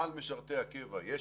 על משרתי הקבע יש